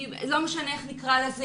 לא משנה איך נקרא לזה,